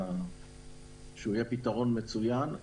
שיהיה פתרון מצוין,